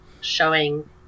showing